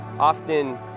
often